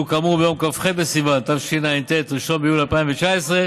שהוא כאמור ביום כ"ח בסיוון התשע"ט, 1 ביולי 2019,